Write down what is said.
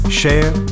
share